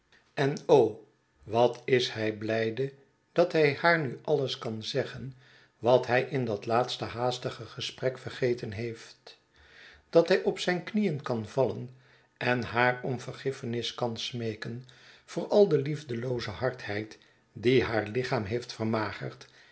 en o wat is hij blijde dat hij haar nu alles kan zeggen wat hij in dat laatste haastige gesprek vergeten heeft dat hij op zijn knieen kan vallen en haar om vergiffenis kan smeeken voor al de liefdelooze hardheid die haar lichaam heeft vermagerd